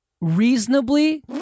reasonably